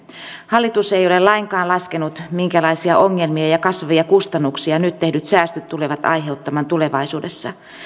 hallitus ei ole lainkaan laskenut minkälaisia ongelmia ja ja kasvavia kustannuksia nyt tehdyt säästöt tulevat aiheuttamaan tulevaisuudessa